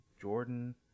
Jordan